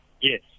yes